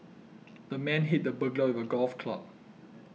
the man hit the burglar with a golf club